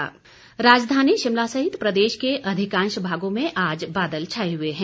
मौसम राजधानी शिमला सहित प्रदेश के अधिकांश भागों में आज बादल छाए हुए हैं